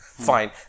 Fine